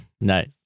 Nice